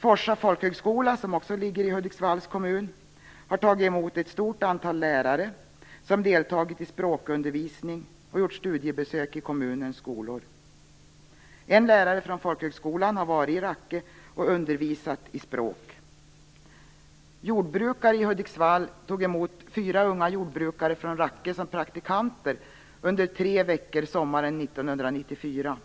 Forsa folkhögskola, som också ligger i Hudiksvalls kommun, har tagit emot ett stort antal lärare som deltagit i språkundervisning och gjort studiebesök i kommunens skolor. En lärare från folkhögskolan har varit i Rakke och undervisat i språk. Jordbrukare i Hudiksvall tog emot fyra unga jordbrukare från Rakke som praktikanter under tre veckor sommaren 1994.